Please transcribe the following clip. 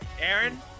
Aaron